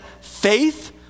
faith